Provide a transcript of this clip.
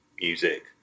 music